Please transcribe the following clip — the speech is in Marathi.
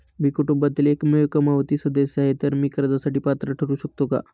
मी कुटुंबातील एकमेव कमावती सदस्य आहे, तर मी कर्जासाठी पात्र ठरु शकतो का?